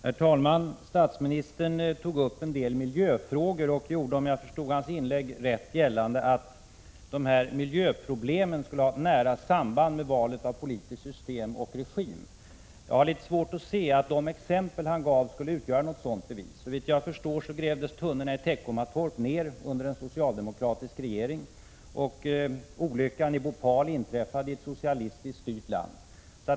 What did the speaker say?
Herr talman! Statsministern tog upp en del miljöfrågor och gjorde, om jag förstod hans inlägg rätt, gällande att vissa miljöproblem skulle ha nära samband med valet av politiskt system och regim. Jag har litet svårt att se att de exempel han gav skulle utgöra något bevis för det. Såvitt jag förstår grävdes tunnorna i Teckomatorp ner under en socialdemokratisk regering. Och olyckan i Bhopal inträffade i ett socialistiskt styrt land.